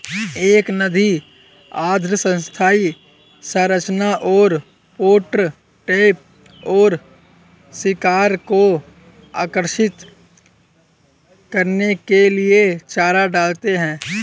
एक नदी अर्ध स्थायी संरचना और पॉट ट्रैप जो शिकार को आकर्षित करने के लिए चारा डालते हैं